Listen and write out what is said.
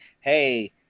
Hey